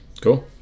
Cool